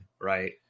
Right